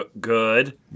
Good